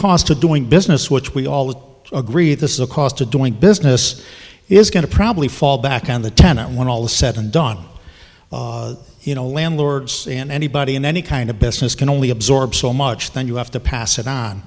cost to doing business which we all agree this is a cost of doing business is going to probably fall back on the tenant when all is said and done you know landlords and anybody in any kind of business can only absorb so much then you have to pass it on